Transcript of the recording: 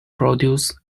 produce